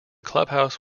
clubhouse